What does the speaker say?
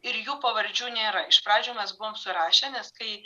ir jų pavardžių nėra iš pradžių mes buvom surašę nes kai